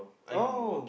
oh